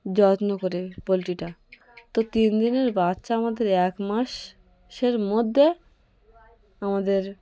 যত্ন করে পোলট্রিটা তো তিন দিনের বাচ্চা আমাদের এক মাসের মধ্যে আমাদের